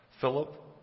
Philip